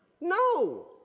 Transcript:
No